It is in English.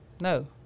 No